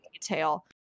detail